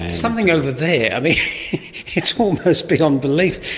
something over there, it's almost beyond belief,